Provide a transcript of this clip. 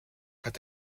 hat